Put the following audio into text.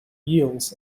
wheels